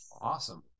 Awesome